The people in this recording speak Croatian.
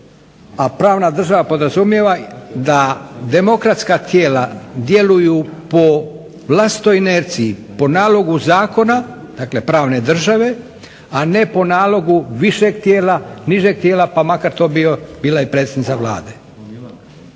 a pravna država podrazumijeva da demokratska tijela djeluju po vlastitoj inerciji, po nalogu zakona, dakle pravne države, a ne po nalogu višeg tijela, nižeg tijela pa makar to bila i predsjednica Vlade.